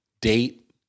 date